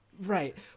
Right